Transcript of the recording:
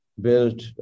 built